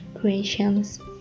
creations